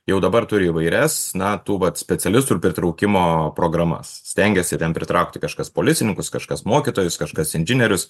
jau dabar turi įvairias na tų vat specialistų ir pritraukimo programas stengiasi ten pritraukti kažkas policininkus kažkas mokytojus kažkas inžinierius